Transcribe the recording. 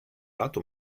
lato